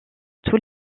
tous